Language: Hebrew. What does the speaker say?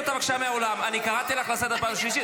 אני לא חייבת לך דין וחשבון.